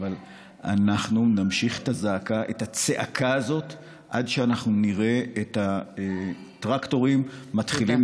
אבל אנחנו נמשיך את הצעקה הזאת עד שאנחנו נראה את הטרקטורים מתחילים